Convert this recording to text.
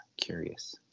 curious